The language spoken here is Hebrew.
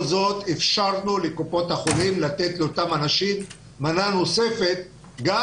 זאת אפשרנו לקופות החולים לתת לאותם אנשים מנה נוספת גם